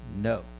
no